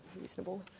reasonable –